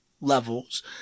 levels